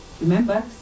Remember